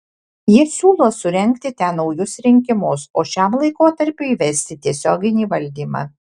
jie siūlo surengti ten naujus rinkimus o šiam laikotarpiui įvesti tiesioginį valdymą